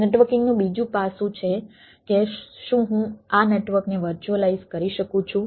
નેટવર્કિંગનું બીજું પાસું છે કે શું હું આ નેટવર્કને વર્ચ્યુઅલાઈઝ કરી શકું છું